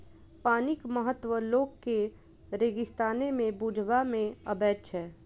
पानिक महत्व लोक के रेगिस्ताने मे बुझबा मे अबैत छै